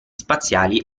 spaziali